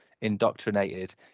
indoctrinated